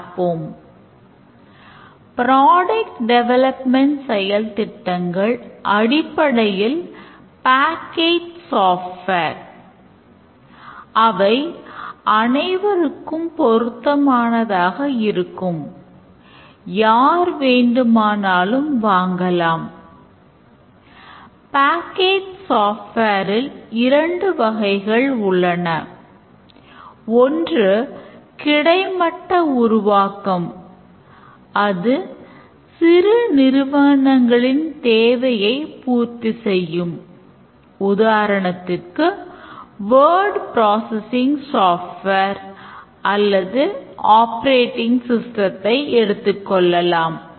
product டெவலப்மெண்ட்ஐ எடுத்துக்கொள்ளலாம்